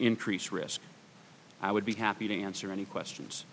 increase risk i would be happy to answer any questions